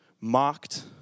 Mocked